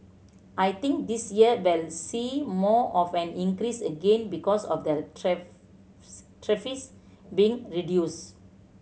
I think this year we'll see more of an increase again because of the being reduced